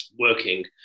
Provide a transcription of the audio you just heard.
working